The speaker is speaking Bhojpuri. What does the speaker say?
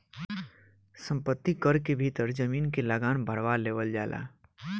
संपत्ति कर के भीतर जमीन के लागान भारवा लेवल जाला